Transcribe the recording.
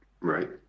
Right